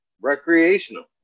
Recreational